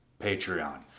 Patreon